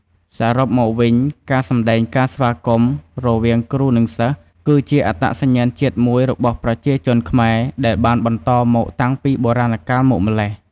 សរុបមកវិញ ការសម្ដែងការស្វាគមន៌រវាងគ្រូ និងសិស្សគឺជាអត្តសញ្ញាណជាតិមួយរបស់ប្រជាជនខ្មែរដែលបានបន្តមកតាំងពីបុរាណកាលមកម្ល៉េះ។